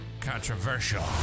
controversial